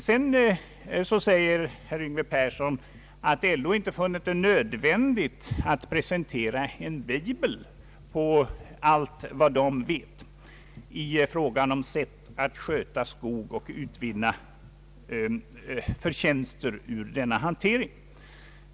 Herr Yngve Persson säger att LO inte funnit det nödvändigt att presentera en bibel på allt vad man vill i fråga om sätt att sköta skog och utvinna förtjänster ur denna hantering.